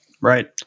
Right